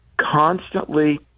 constantly